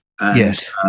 Yes